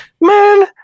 Man